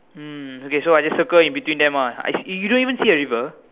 mm okay so I just circle in between them ah I see eh you don't even see a river